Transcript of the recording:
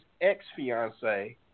ex-fiance